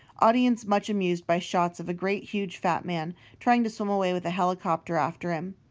audience much amused by shots of a great huge fat man trying to swim away with a helicopter after him,